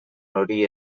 hori